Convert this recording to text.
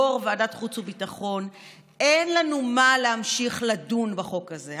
יו"ר ועדת החוץ והביטחון: אין לנו מה להמשיך לדון בחוק הזה.